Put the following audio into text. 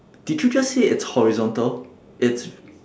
did you just say it's horizontal it's